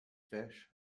fish